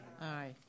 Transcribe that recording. Aye